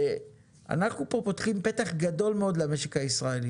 אנחנו פה פותחים פתח גדול מאוד למשק הישראלי